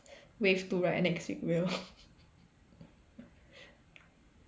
wave two right next week will